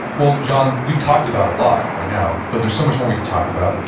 well, john, we've talked about a lot right now, but there's so much more we could talk about.